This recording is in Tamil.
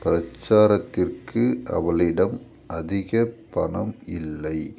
பிரச்சாரத்திற்கு அவளிடம் அதிக பணம் இல்லை